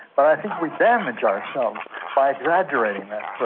but i think we damage ourselves by exaggerating that but